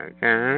Okay